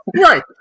Right